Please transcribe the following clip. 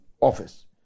office